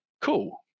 cool